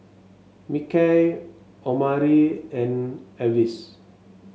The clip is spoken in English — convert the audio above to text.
Mickey Omari and Avis